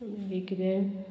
आनी कितें